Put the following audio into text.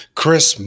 chris